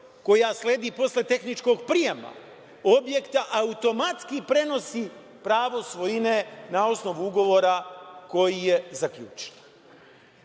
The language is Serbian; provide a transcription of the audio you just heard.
koja sledi posle tehničkog prijema objekta, automatski prenosi pravo svojine na osnovu ugovora koji je zaključila. To